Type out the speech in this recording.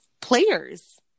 players